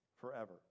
forever